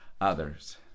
others